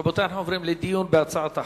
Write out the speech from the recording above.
רבותי, אנחנו עוברים לדיון בהצעת החוק.